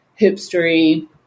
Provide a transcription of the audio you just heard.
hipstery